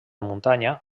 muntanya